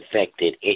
affected